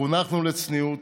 חונכנו לצניעות,